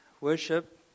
worship